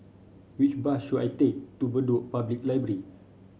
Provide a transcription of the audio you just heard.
which bus should I take to Bedok Public Library